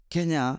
Kenya